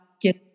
get